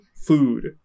food